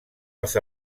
els